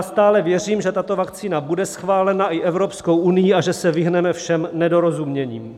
Stále věřím, že tato vakcína bude schválena i Evropskou unií a že se vyhneme všem nedorozuměním.